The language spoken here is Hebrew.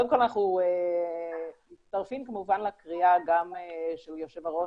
קודם כל אנחנו מצטרפים כמובן לקריאה גם של יושב הראש,